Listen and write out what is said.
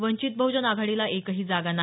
वंचित बहुजन आघाडीला एकही जागा नाही